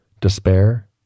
despair